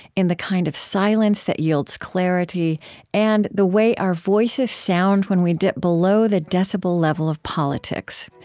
in the kind of silence that yields clarity and the way our voices sound when we dip below the decibel level of politics.